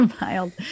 mild